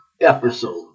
episode